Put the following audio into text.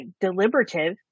deliberative